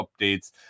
updates